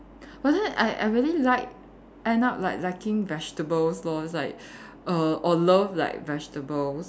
but then I I really like end up like liking vegetables lor it's like err or love like vegetables